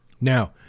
Now